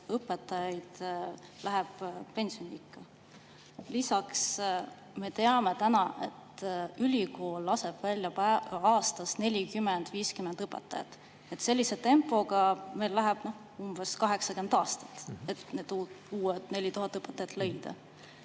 õpetajaid läheb pensionile. Lisaks me teame täna, et ülikool laseb välja aastas 40–50 õpetajat. Sellise tempoga meil läheb umbes 80 aastat, et need uued 4000 õpetajat leida.